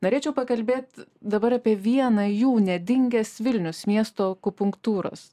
norėčiau pakalbėt dabar apie vieną jų nedingęs vilnius miesto akupunktūros